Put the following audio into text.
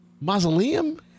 Mausoleum